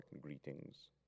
greetings